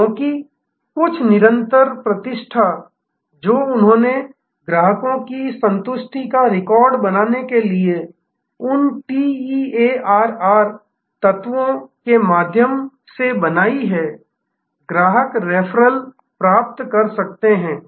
क्योंकि कुछ निरंतर प्रतिष्ठा जो उन्होंने ग्राहकों की संतुष्टि का रिकॉर्ड बनाने के लिए उन TEARR तत्वों के माध्यम से बनाई है ग्राहक रेफरल प्राप्त कर रहे हैं